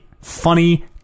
funny